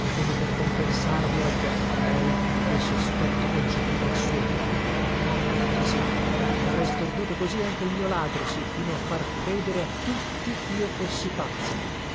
come per compensarlo a gli occhi di lei del sospetto concepito a suo carico sì sì e avrei stordito così anche il mio ladro sì fino a far credere a tutti chio fossi pazzo